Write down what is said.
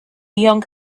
young